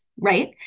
right